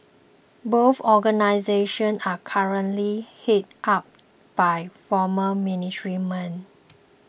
both organisations are currently headed up by former military men